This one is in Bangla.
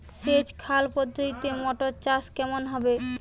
সেচ খাল পদ্ধতিতে মটর চাষ কেমন হবে?